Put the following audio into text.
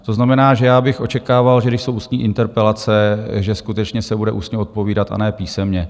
To znamená, že já bych očekával, že když jsou ústní interpelace, že skutečně se bude ústně odpovídat, a ne písemně.